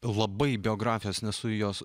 labai biografijos nesu jo